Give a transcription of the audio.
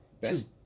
Best